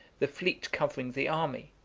the fleet covering the army,